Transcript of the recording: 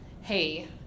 hey